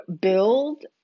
build